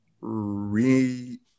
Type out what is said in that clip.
re